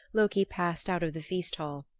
loki passed out of the feast hall.